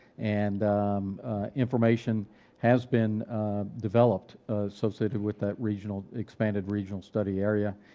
and information has been developed associated with that regional expanded regional study area,